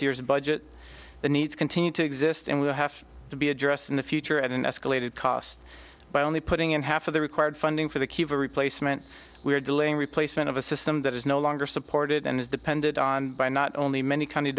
year's budget the needs continue to exist and will have to be addressed in the future at an escalated cost by only putting in half of the required funding for the kiva replacement we are delaying replacement of a system that is no longer supported and is depended on by not only many county